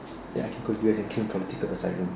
then I can go U_S and claim political asylum